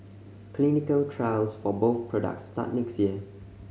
clinical trials for both products start next year